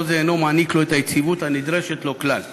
כל זה אינו מעניק לו את היציבות הנדרשת לו ככלל